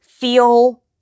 feel